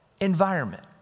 environment